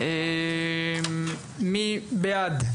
מי בעד?